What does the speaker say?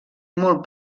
molt